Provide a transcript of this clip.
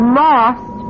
lost